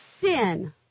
sin